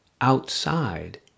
outside